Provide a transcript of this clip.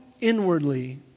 inwardly